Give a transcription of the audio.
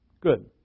Good